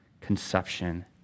conception